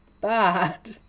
bad